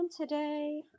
today